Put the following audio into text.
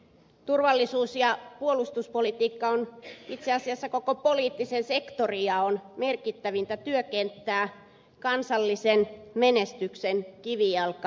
turvallisuus ja puolustuspolitiikka on itse asiassa koko poliittisen sektorijaon merkittävintä työkenttää kansallisen menestyksen kivijalka